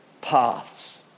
paths